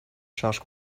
charges